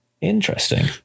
Interesting